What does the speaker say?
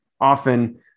often